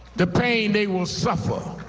the pain they will suffer